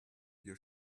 your